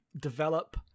develop